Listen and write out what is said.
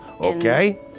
Okay